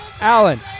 Allen